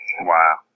Wow